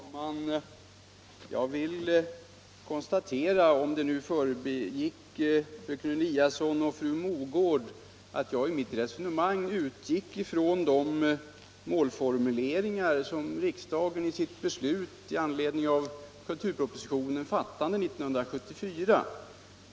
Herr talman! Jag vill poängtera, om det undgick fröken Eliasson och fru Mogård, att jag i mitt resonemang utgick från de målformuleringar som riksdagen antog vid sitt beslut i anledning av kulturpropositionen 1974.